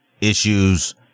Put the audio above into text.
issues